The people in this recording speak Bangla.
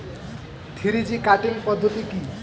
থ্রি জি কাটিং পদ্ধতি কি?